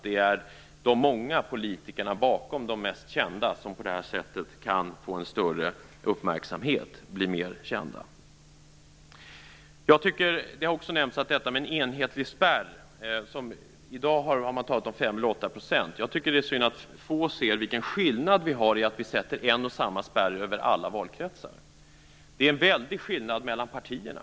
Det är de många politikerna bakom de mest kända som på detta sätt kan få större uppmärksamhet och bli mer kända. En enhetlig spärr har också nämnts. I dag har man talat om 5 % eller 8 %. Jag tycker att det är synd att få ser vilken skillnad det blir när vi sätter en och samma spärr över alla valkretsar. Det är en väldig skillnad mellan partierna.